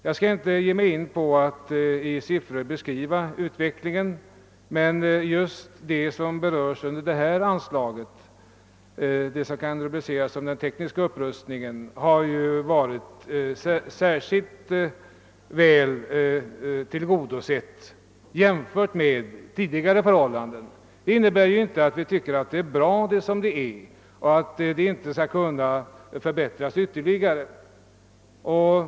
Jag skall inte ge mig in på att i siffror beskriva utvecklingen, men just det som berörts under detta anslag och som kan rubriceras som teknisk utrustning har varit särskilt väl tillgodosett jämfört med vad som tidigare varit fallet. Det innebär inte att vi tycker att det är bra som det är och att situationen inte kan förbättras ytterligare.